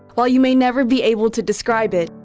while you may never be able to describe it,